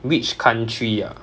which country ah